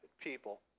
people